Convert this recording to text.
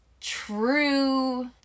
true